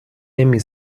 نمی